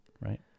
Right